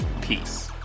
Peace